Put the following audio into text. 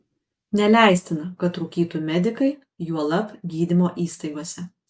neleistina kad rūkytų medikai juolab gydymo įstaigose